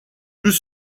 plus